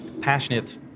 passionate